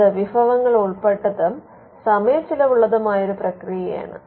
അത് വിഭവങ്ങൾ ഉൾപെട്ടതും സമയചിലവുള്ളതുമായ ഒരു പ്രക്രിയയാണ്